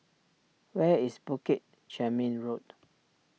where is Bukit Chermin Road